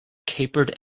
capered